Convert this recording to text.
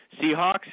Seahawks